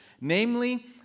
Namely